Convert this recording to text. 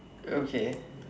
okay